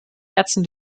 herzen